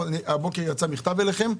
הבוקר נשלח אליכם מכתב.